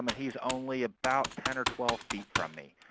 but he's only about ten or twelve feet from me.